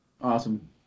Awesome